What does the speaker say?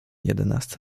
jedenasta